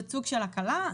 זה סוג של הקלה.